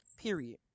period